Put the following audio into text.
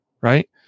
Right